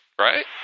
right